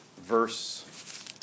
verse